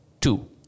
two